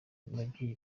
ababyeyi